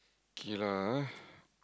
okay lah